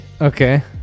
Okay